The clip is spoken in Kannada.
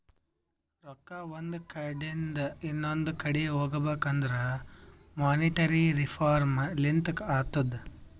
ರೊಕ್ಕಾ ಒಂದ್ ಕಡಿಂದ್ ಇನೊಂದು ಕಡಿ ಹೋಗ್ಬೇಕಂದುರ್ ಮೋನಿಟರಿ ರಿಫಾರ್ಮ್ ಲಿಂತೆ ಅತ್ತುದ್